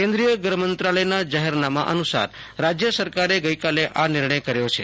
કેન્દ્રિય ગ્રહમંત્રાલયના જાહેરનામા અનુસાર રાજ્ય સરકારે ગઈકાલે આ નિર્ણય કર્યો છે